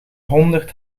honderd